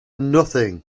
nothing